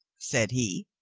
said he,